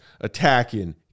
attacking